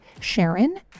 Sharon